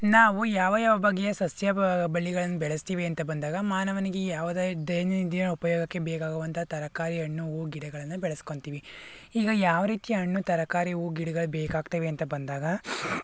ನಾವು ಯಾವ ಯಾವ ಬಗೆಯ ಸಸ್ಯ ಬ ಬಳ್ಳಿಗಳನ್ನು ಬೆಳೆಸ್ತೀವಿ ಅಂತ ಬಂದಾಗ ಮಾನವನಿಗೆ ಯಾವುದೇ ದೈನಂದಿನ ಉಪಯೋಗಕ್ಕೆ ಬೇಕಾಗುವಂಥ ತರಕಾರಿ ಹಣ್ಣು ಹೂ ಗಿಡಗಳನ್ನು ಬೆಳಸ್ಕೊಂತೀವಿ ಈಗ ಯಾವ ರೀತಿಯ ಹಣ್ಣು ತರಕಾರಿ ಹೂ ಗಿಡಗಳು ಬೇಕಾಗ್ತವೆ ಅಂತ ಬಂದಾಗ